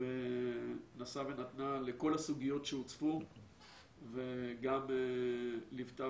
ונשאה ונתנה על כל הסוגיות שהוצפו וגם ליוותה